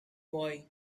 boy